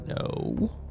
No